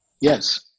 Yes